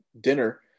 dinner